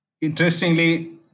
interestingly